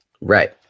Right